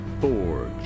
Forge